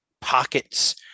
pockets